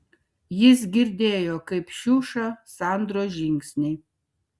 jis girdėjo kaip šiuša sandros žingsniai